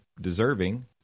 deserving